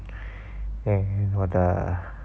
then 我的